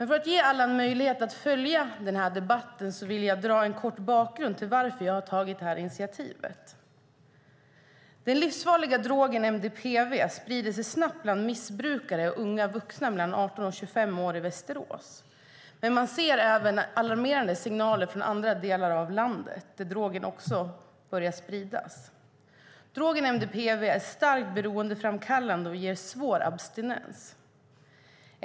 För att ge alla möjlighet att följa debatten vill jag ge en kort bakgrund till att jag har tagit detta initiativ. Den livsfarliga drogen MDPV sprider sig snabbt bland missbrukare och unga vuxna mellan 18 och 25 år i Västerås. Man ser dock även alarmerande signaler från andra delar av landet där drogen också börjar spridas. Drogen MDPV är starkt beroendeframkallande och ger svår abstinens.